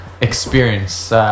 experience